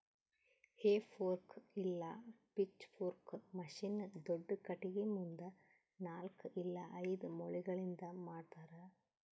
ಹೇ fork ಇಲ್ಲ pitchfork machine ದೊಡ್ದ ಖಟಗಿ ಮುಂದ ನಾಲ್ಕ್ ಇಲ್ಲ ಐದು ಮೊಳಿಗಳಿಂದ್ ಮಾಡ್ತರ